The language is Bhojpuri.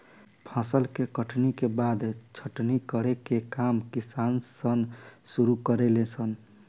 फसल के कटनी के बाद छटनी करे के काम किसान सन शुरू करे ले सन